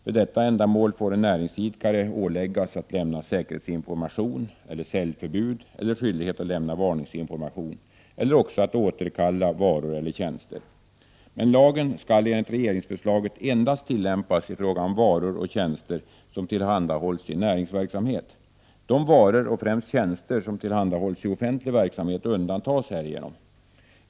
För detta ändamål får en näringsidkare åläggas att lämna säkerhetsinformation, säljförbud eller skyldighet att lämna varningsinformation eller också att återkalla varor eller tjänster. Men lagen skall enligt regeringsförslaget endast tillämpas i fråga om varor och tjänster som tillhandahålls i näringsverksamhet. De varor och främst tjänster som tillhandahålls i offentlig verksamhet undantas härigenom.